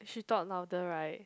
should talk louder right